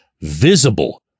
visible